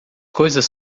coisas